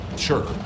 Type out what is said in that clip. Sure